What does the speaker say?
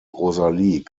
rosalie